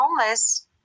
homeless